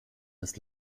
des